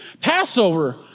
Passover